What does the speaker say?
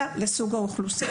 הם קשורים לסוג האוכלוסייה.